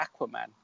Aquaman